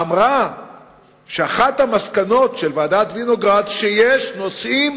אמרה שאחת המסקנות של ועדת-וינוגרד היא שיש נושאים